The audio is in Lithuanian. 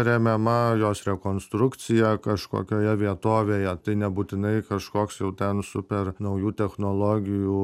remiama jos rekonstrukcija kažkokioje vietovėje tai nebūtinai kažkoks jau ten super naujų technologijų